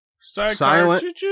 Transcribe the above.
Silent